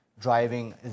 driving